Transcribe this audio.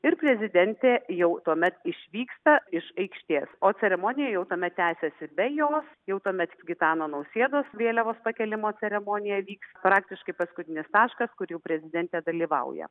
ir prezidentė jau tuomet išvyksta iš aikštės o ceremonija jau tuomet tęsiasi be jos jau tuomet tik gitano nausėdos vėliavos pakėlimo ceremonija vyk praktiškai paskutinis taškas kur jau prezidentė dalyvauja